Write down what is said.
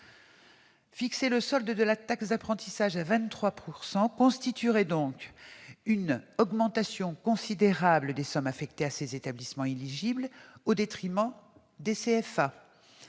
Fixer le solde de la taxe d'apprentissage à 23 % constituerait donc une augmentation considérable des sommes affectées aux établissements éligibles, au détriment des CFA.